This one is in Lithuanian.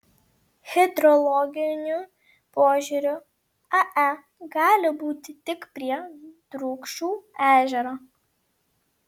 hidrologiniu požiūriu ae gali būti tik prie drūkšių ežero